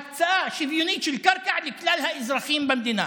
הקצאה שוויונית של קרקע לכלל האזרחים במדינה.